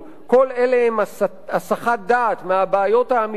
כל אלה הם הסחת דעת מהבעיות האמיתיות,